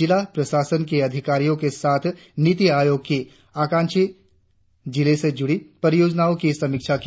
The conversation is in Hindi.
जिला प्रशासन के अधिकारियों के साथ नीति आयोग की आकांक्षी जिलों से जुड़ी परियोजनाओं की समीक्षा की